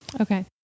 Okay